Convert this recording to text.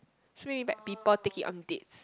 three back people take it on dates